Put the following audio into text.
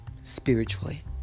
spiritually